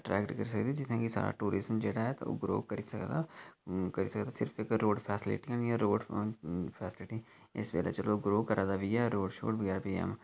attract करी सकदे जित्थै कि टूरिस्ट साढ़ा ग्रो करी सकदा करी सकदा सिर्फ इक रोड़ फैसिलिटयां होई गेइयां इक रोड़ फैसिलिटी इस बेल्लै चलो ग्रो करा दा बी है रोड़ शोड़ बगैरा पीऐम्म